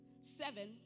seven